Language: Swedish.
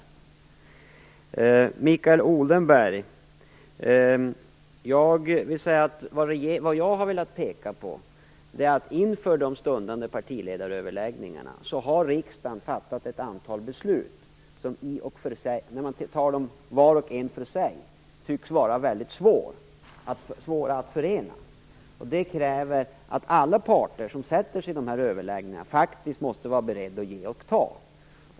Till Mikael Odenberg vill jag säga detta: Vad jag har velat peka på är att inför de stundande partiledaröverläggningarna har riksdagen fattat ett antal beslut som tagna var för sig tycks vara väldigt svåra att förena. Detta kräver att alla parter som deltar i dessa överläggningar måste vara beredda att ge och ta.